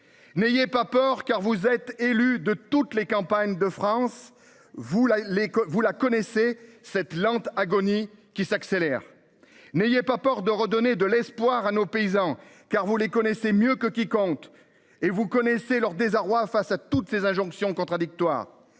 N'ayez pas peur, car vous êtes élus de toutes les campagnes de France vous là les, vous la connaissez cette lente agonie qui s'accélère. N'ayez pas peur de redonner de l'espoir à nos paysans car vous les connaissez mieux que quiconque. Et vous connaissez leur désarroi face à toutes ces injonctions contradictoires.